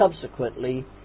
subsequently